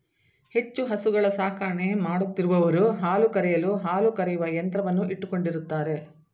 ಹೆಚ್ಚು ಹಸುಗಳ ಸಾಕಣೆ ಮಾಡುತ್ತಿರುವವರು ಹಾಲು ಕರೆಯಲು ಹಾಲು ಕರೆಯುವ ಯಂತ್ರವನ್ನು ಇಟ್ಟುಕೊಂಡಿರುತ್ತಾರೆ